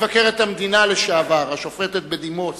מבקרת המדינה לשעבר השופטת בדימוס